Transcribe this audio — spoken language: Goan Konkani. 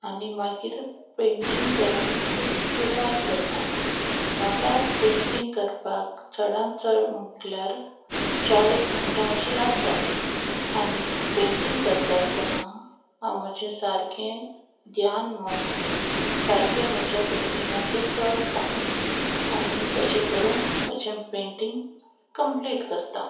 आनी मागीर पेंटींग करूंक सुर सुरवात करता म्हाका पेंटींग करपाक चडान चड म्हटल्यार चाळीस मिनटां अशीं लागतात आनी की पेंटींग करता आसतना हांव म्हजें सारकें ध्यान मन सारकें म्हज्या पेंटिंगाचेर दवरता आनी तशें करून म्हजें पेंटींग कंप्लीट करता